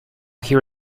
here